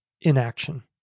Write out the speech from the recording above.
inaction